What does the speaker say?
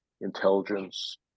intelligence